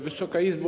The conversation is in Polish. Wysoka Izbo!